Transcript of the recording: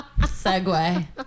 Segue